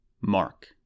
Mark